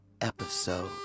episode